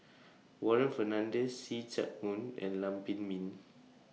Warren Fernandez See Chak Mun and Lam Pin Min